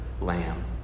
lamb